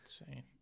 insane